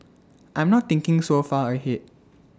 I'm not thinking so far ahead